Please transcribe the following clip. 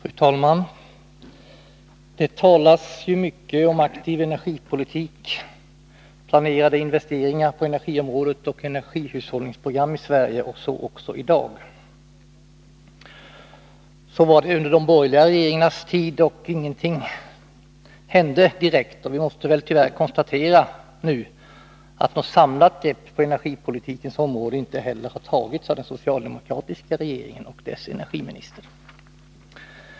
Fru talman! Det talas mycket om aktiv energipolitik, planerade investeringar på energiområdet och energihushållningsprogram i Sverige — så också i dag. Så var det under de borgerliga regeringarnas tid och ingenting hände direkt. Vi måste tyvärr nu konstatera att något samlat grepp på energipolitikens område inte heller tagits av den socialdemokratiska regeringen och dess energiminister.